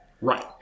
Right